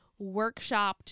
workshopped